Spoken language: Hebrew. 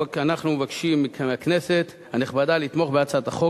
אנחנו מבקשים מהכנסת הנכבדה לתמוך בהצעת החוק